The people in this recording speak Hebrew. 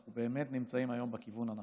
אנחנו באמת נמצאים היום בכיוון הנכון.